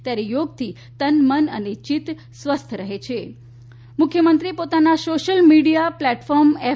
ત્યારે યોગથી તન મન અને ચિત્ત સ્વસ્થ રહે છે મુખ્યમંત્રીશ્રીએ પોતાના સોશીયલ મીડિયા પ્લેટફોર્મ એફ